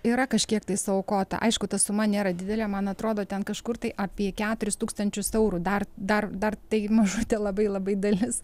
yra kažkiek tai suaukota aišku ta suma nėra didelė man atrodo ten kažkur tai apie keturis tūkstančius eurų dar dar dar tai mažutė labai labai dalis